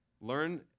Learn